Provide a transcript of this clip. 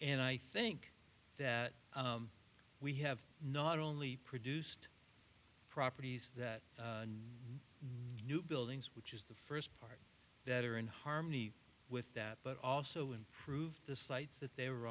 and i think that we have not only produced properties that new buildings which is the first part that are in harmony with that but also improve the sites that